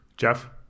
Jeff